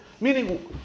meaning